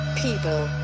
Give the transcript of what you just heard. people